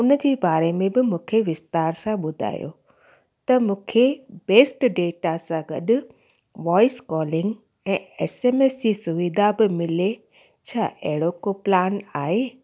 उन जे बारे में बि मूंखे विस्तार सां ॿुधायो त मूंखे बेस्ट डेटा सां गॾु वॉइस कॉलिंग ऐं एसएमएस जी सुविधा बि मिले छा अहिड़ो को प्लान आहे